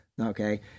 Okay